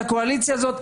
הקואליציה הזאת,